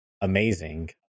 amazing